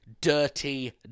Dirty